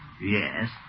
yes